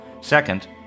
Second